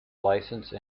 licence